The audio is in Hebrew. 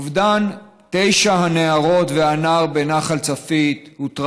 אובדן תשע הנערות והנער בנחל צפית הוא טרגי.